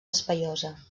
espaiosa